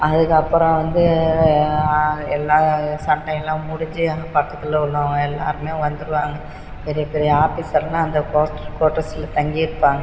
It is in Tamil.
அதுக்கு அப்புறம் வந்து எல்லாம் சண்டையெல்லாம் முடிஞ்சு எங்கள் பக்கத்தில் உள்ளவங்கள் எல்லாேருமே வந்துடுவாங்க பெரிய பெரிய ஆஃபீஸரெல்லாம் அந்த கோட்ரு கோர்ட்டர்ஸ்சில் தங்கியிருப்பாங்க